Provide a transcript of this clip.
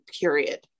period